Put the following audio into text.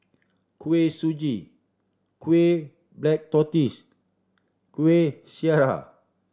Kuih Suji kueh black tortoise Kueh Syara